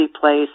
place